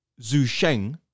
Zusheng